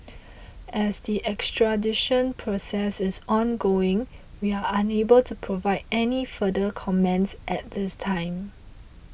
as the extradition process is ongoing we are unable to provide any further comments at this time